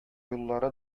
юллары